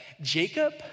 Jacob